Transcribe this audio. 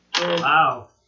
Wow